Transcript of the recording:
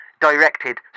directed